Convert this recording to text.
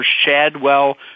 Shadwell